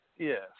Yes